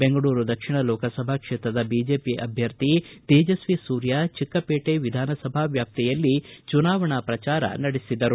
ಬೆಂಗಳೂರು ದಕ್ಷಿಣ ಲೋಕಸಭಾ ಕ್ಷೇತ್ರದ ಬಿಜೆಪಿ ಅಭ್ಯರ್ಥಿ ತೇಜಸ್ವಿ ಸೂರ್ಯ ಚಿಕ್ಕವೇಟೆ ವಿಧಾನ ಸಭಾ ವ್ವಾಪ್ತಿಯಲ್ಲಿ ಚುನಾವಣಾ ಪ್ರಚಾರ ನಡೆಸಿದರು